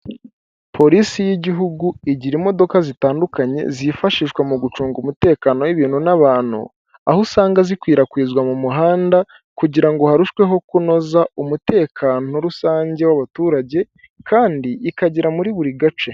Polisi y'igihugu igira imodoka zitandukanye zifashishwa mu gucunga umutekano w'ibintu n'abantu, aho usanga zikwirakwizwa mu muhanda kugira ngo harusheho kunoza umutekano rusange w'abaturage, kandi ikagera muri buri gace.